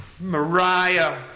Mariah